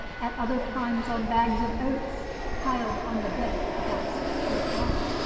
at other times on bags of oats piled on the deck about six feet high.